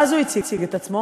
ואז הוא הציג את עצמו.